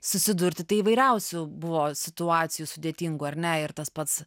susidurti tai įvairiausių buvo situacijų sudėtingų ar ne ir tas pats